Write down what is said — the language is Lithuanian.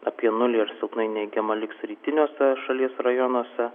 apie nulį ar silpnai neigiama liks rytiniuose šalies rajonuose